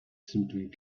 seemed